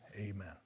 amen